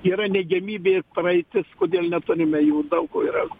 yra neigiamybė praeitis kodėl neturime jų daug ko yra